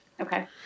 Okay